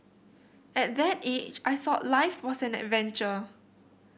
at that age I thought life was an adventure